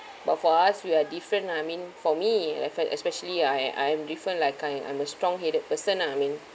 but for us we are different I mean for me like for especially I I'm different like I I'm the strong headed person ah I mean